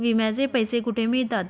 विम्याचे पैसे कुठे मिळतात?